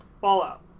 Fallout